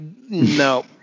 no